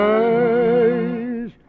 days